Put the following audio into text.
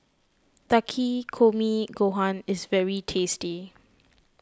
Takikomi Gohan is very tasty